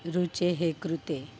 रुचेः कृते